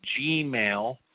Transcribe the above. Gmail